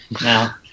now